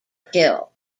kill